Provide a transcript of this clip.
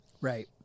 Right